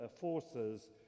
forces